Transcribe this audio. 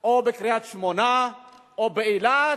או בקריית-שמונה או באילת,